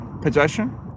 possession